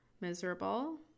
miserable